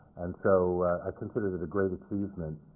and so i considered it a great achievement